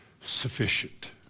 sufficient